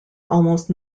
almost